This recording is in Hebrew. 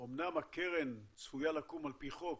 אמנם הקרן צפויה לקום על פי חוק